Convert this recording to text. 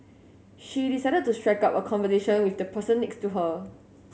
she decided to strike up a conversation with the person next to her